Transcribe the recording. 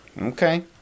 Okay